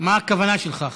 שלך?